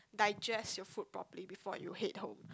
digest your food properly before you head home